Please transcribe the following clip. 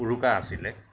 উৰুকা আছিলে